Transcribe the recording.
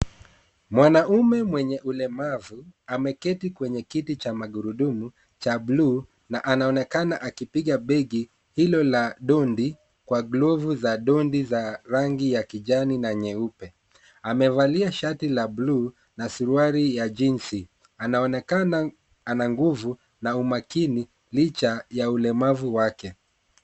Mwanamume mwenye ulemavu ameketi kwenye kiti cha magurudumu cha bluu na anaonekana akipiga begi hilo la ndondi kwa glovu za ndondi za rangi ya kijani na nyeupe, amevalia shati la bluu na suruali ya jeans anaonekana ana nguvu na umakini licha ya ulemavu wake.